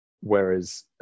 Whereas